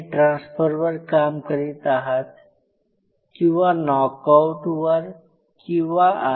transfer वर काम करीत आहात किंवा नॉकआउट वर किंवा आर